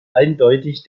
eindeutig